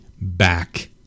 back